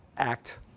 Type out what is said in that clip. act